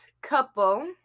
couple